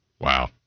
Wow